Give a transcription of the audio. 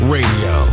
Radio